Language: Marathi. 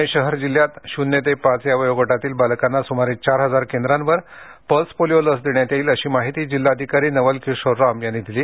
पुणे शहर जिल्ह्यात शून्य ते पाच या वयातील बालकांना सुमारे चार हजार केंद्रांवर पल्स पोलिओ लस देण्यात येईल अशी माहिती जिल्हाधिकारी नवल किशोर राम यांनी दिली